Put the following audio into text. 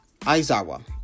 Aizawa